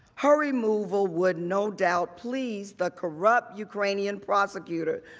her removal would no doubt please the corrupt ukrainian prosecutor,